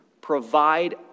provide